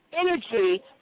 energy